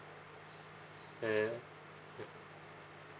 and mm